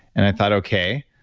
and i thought, okay.